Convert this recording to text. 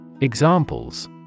Examples